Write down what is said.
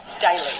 daily